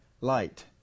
light